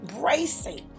bracing